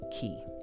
Key